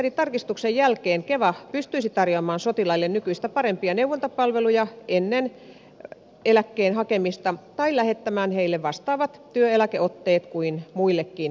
rekisterin tarkistuksen jälkeen keva pystyisi tarjoamaan sotilaille nykyistä parempia neuvontapalveluja ennen eläkkeen hakemista tai lähettämään heille vastaavat työeläkeotteet kuin muillekin vakuutetuilleen